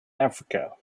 africa